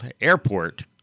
Airport